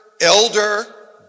elder